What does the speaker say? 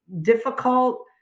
difficult